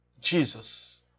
Jesus